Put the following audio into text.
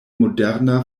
moderna